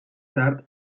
tard